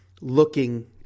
looking